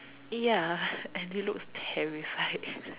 ya and he looks terrified